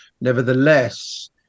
nevertheless